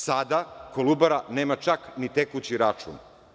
Sada „Kolubara“ nema čak ni tekući račun.